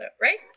right